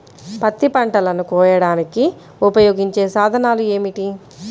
పత్తి పంటలను కోయడానికి ఉపయోగించే సాధనాలు ఏమిటీ?